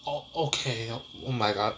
oh okay oh my god